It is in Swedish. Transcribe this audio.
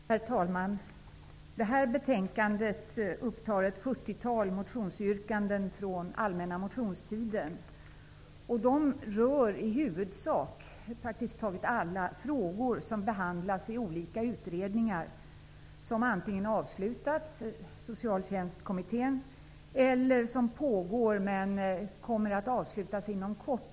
Herr talman! Det här betänkandet upptar ett 40-tal motionsyrkanden från den allmänna motionstiden. De rör i huvudsak -- praktiskt taget alla -- frågor som behandlas i olika utredningar som antingen avslutats, Socialtjänstkommittén, eller som pågår och kommer att avslutas inom kort.